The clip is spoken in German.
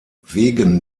wegen